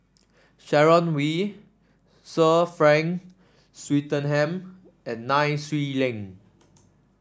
Sharon Wee Sir Frank Swettenham and Nai Swee Leng